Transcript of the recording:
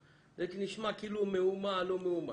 נשמע כאילו מהומה על לא מאומה,